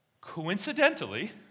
coincidentally